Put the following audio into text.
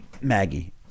maggie